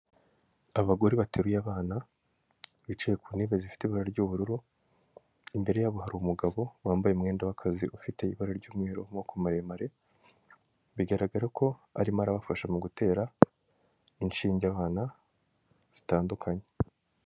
Abagore bateruye abana bicaye ku ntebe zifite ibara ry'ubururu, imbere yabo hari umugabo wambaye umwenda w'akazi ufite ibara ry'umweru w'amaboko maremare bigaragara ko arimo arabafasha mu gutera inshinge abana zitandukanye.